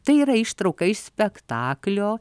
tai yra ištrauka iš spektaklio